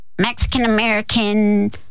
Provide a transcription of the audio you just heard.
Mexican-American